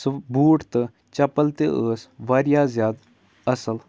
سُہ بوٗٹ تہٕ چَپَل تہِ ٲس واریاہ زیادٕ اَصٕل